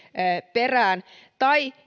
perään tai